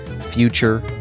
Future